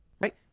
Right